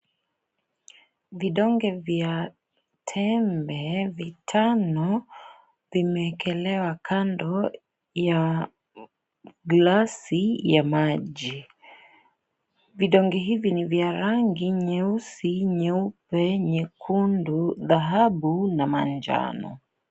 Vidonge vya tembe vitano vimeekelewa Kando ya glasi ya maji, vidonge hivi NI vya rangi nyeusi, nyeupe , nyekundu , dhahabu na manjano.